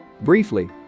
briefly